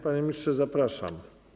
Panie ministrze, zapraszam.